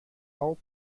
all